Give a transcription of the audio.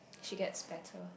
she gets better